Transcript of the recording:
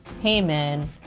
hey man,